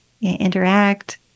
interact